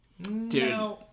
Dude